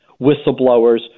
whistleblowers